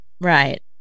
Right